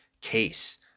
case